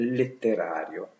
letterario